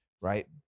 right